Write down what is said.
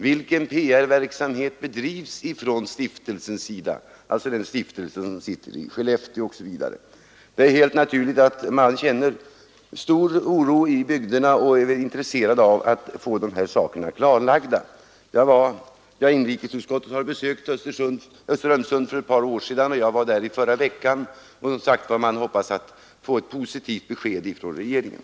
Vilken PR-verksamhet bedrivs av stiftelsen i Skellefteå? Det är helt naturligt att man i bygderna känner stor oro och är intresserad av att få dessa frågor klarlagda. Jag var med när inrikesutskottet besökte Strömsund för ett par år sedan, och jag var där i förra veckan. Man hoppas där på ett positivt besked från regeringen.